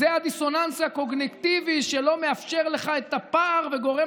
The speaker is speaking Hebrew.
זה הדיסוננס הקוגניטיבי שלא מאפשר לך את הפער וגורם